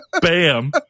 Bam